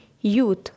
youth